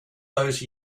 those